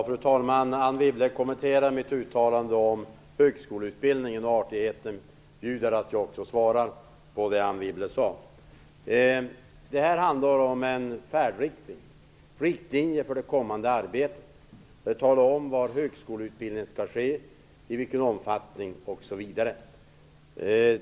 Fru talman! Anne Wibble kommenterade mitt uttalande om högskoleutbildningen. Artigheten bjuder att jag också bemöter det Anne Wibble sade. Det här handlar om en färdriktning, riktlinjer för det kommande arbetet. Man talar om var högskoleutbildningen skall ske, i vilken omfattning osv.